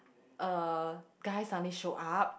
a guy suddenly show up